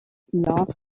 laughed